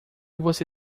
você